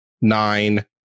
nine